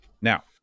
Now